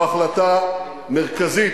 זו החלטה מרכזית,